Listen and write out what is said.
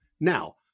Now